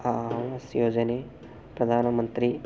ಆವಾಸ್ ಯೋಜನೆ ಪ್ರಧಾನಮಂತ್ರಿ